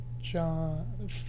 John